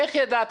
איך אתה מדבר